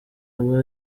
aba